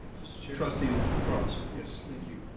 mr. chair. trustee cross. yes, thank you.